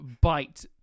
bite